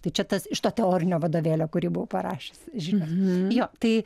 tai čia tas iš to teorinio vadovėlio kurį buvau parašius žinios jo tai